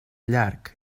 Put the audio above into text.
llarg